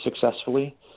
successfully